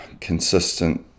consistent